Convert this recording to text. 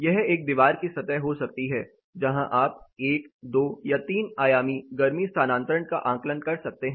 यह एक दीवार की सतह हो सकती है जहां आप 12 या 3 आयामी गर्मी स्थानांतरण का आकलन कर सकते हैं